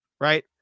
right